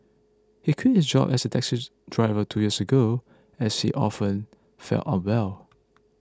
he quit his job as a taxis driver two years ago as she often felt unwell